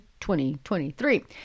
2023